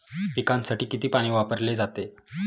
पिकांसाठी किती पाणी वापरले जाते?